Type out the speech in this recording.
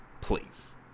Please